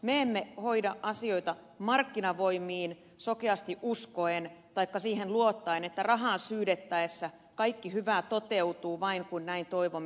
me emme hoida asioita markkinavoimiin sokeasti uskoen taikka luottaen siihen että rahaa syydettäessä kaikki hyvä toteutuu kun vain näin toivomme